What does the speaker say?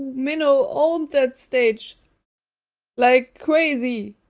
minho owned that stage like crazy.